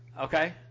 Okay